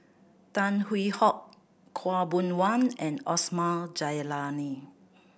Tan Hwee Hock Khaw Boon Wan and Osman Zailani